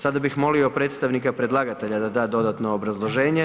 Sada bih molio predstavnika predlagatelja da da dodatno obrazloženje.